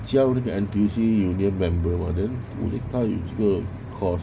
加入那个 ntuc union member mah then 我他有这个 course